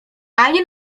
ani